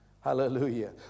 Hallelujah